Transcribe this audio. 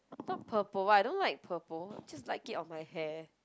not purple I don't like purple I just like it on my hair